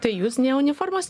tai jūs nė uniformos